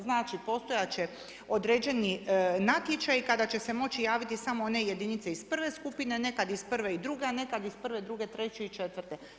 Znači postojati će određeni natječaji kada će se moći javiti samo one jedinice iz prve skupine, nekada iz 1. i 2. a nekad iz 1., 2., 3. i 4.-te.